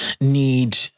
need